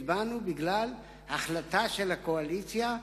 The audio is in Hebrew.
הצבענו בגלל החלטה של הקואליציה,